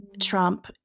Trump